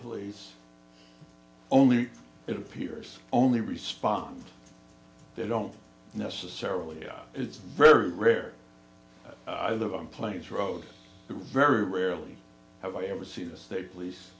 police only it appears only respond they don't necessarily know it's very rare i live on planes road very rarely have i ever seen the state police